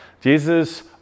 Jesus